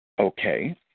Okay